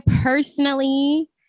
personally